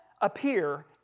appear